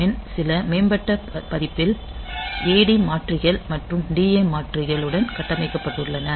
8051 இன் சில மேம்பட்ட பதிப்பில் AD மாற்றிகள் மற்றும் DA மாற்றிகள் உடன் கட்டமைக்கப்பட்டுள்ளன